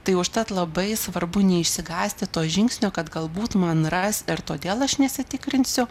tai užtat labai svarbu neišsigąsti to žingsnio kad galbūt man ras ir todėl aš nesitikrinsiu